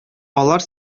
алар